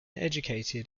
educated